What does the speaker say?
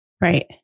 right